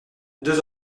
deux